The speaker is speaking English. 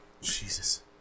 Jesus